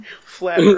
Flat